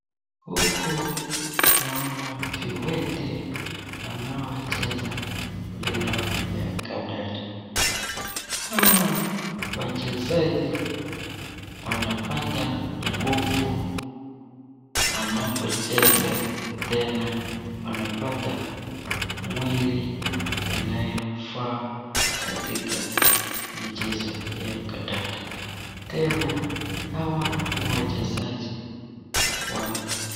Huku naona viwete wanaocheza mpira ya kandanda. Hawa wachezaji wanapata nguvu wanapocheza tena wanapata mwili inayofaa katika mchezo hii ya kandanda. Tena hawa ni wachezaji wa